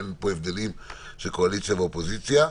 אין פה הבדלים של קואליציה ואופוזיציה.